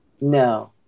No